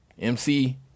MC